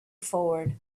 forward